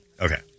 okay